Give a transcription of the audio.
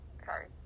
Sorry